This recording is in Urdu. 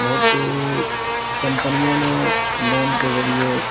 بہت کمپنیوں نے لون کے ذریعے